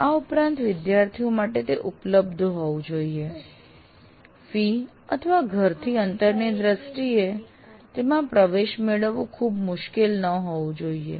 આ ઉપરાંત વિદ્યાર્થીઓ માટે તે ઉપલબ્ધ હોવું જોઈએ ફી અથવા ઘરથી અંતરની દ્રષ્ટિએ તેમાં પ્રવેશ મેળવવું ખૂબ મુશ્કેલ ન હોવું જોઈએ